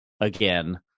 again